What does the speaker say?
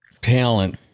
talent